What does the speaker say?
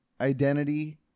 identity